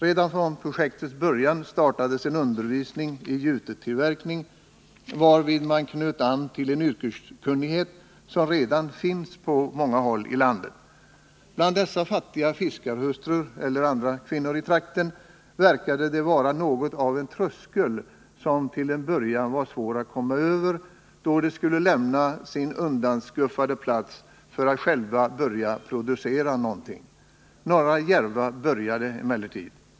Redan från projektets början startades en undervisning i jutetillverkning, varvid man knöt an till en yrkeskunnighet, som redan finns på många håll i landet. Bland dessa fattiga fiskarhustrur eller andra kvinnor i trakten verkade det finnas något av en tröskel, som det till en början var svårt att komma över, då de skulle lämna sin undanskuffade plats för att själva producera någonting. Några djärva började emellertid.